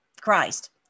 Christ